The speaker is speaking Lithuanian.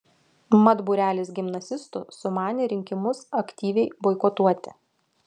mat būrelis gimnazistų sumanė rinkimus aktyviai boikotuoti